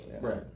Right